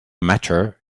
matter